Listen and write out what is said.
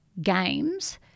games